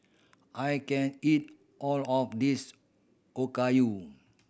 I can't eat all of this Okayu